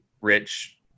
rich